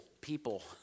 people